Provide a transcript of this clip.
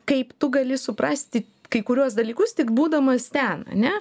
kaip tu gali suprasti kai kuriuos dalykus tik būdamas ten ane